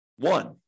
one